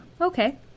Okay